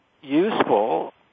useful